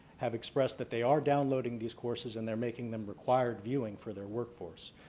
have expressed that they are downloading these courses and they're making them required viewing for their workforce.